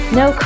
no